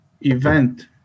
event